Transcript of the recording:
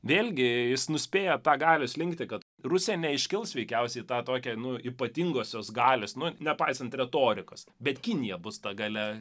vėlgi jis nuspėja tą galios slinktį kad rusija neiškils veikiausiai tą tokią nu ypatingosios galios nu nepaisant retorikos bet kinija bus ta galia